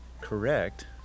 correct